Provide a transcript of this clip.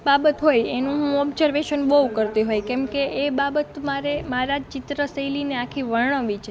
બાબત હોય એનું હું ઓબ્જર્વેશન બહું કરતી હોંવ કેમ કે એ બાબત મારે મારાં જ ચિત્ર શૈલીને આખી વર્ણવવી છે